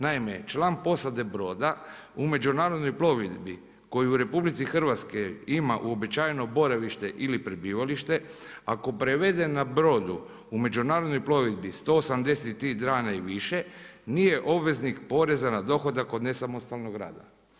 Naime, član posade broda u međunarodnoj plovidbi koji u Republici Hrvatskoj ima uobičajeno boravište ili prebivalište, ako provede na brodu u međunarodnoj plovidbi 183 dana i više nije obveznik poreza na dohodak od nesamostalnog rada.